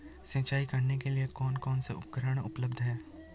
सिंचाई करने के लिए कौन कौन से उपकरण उपलब्ध हैं?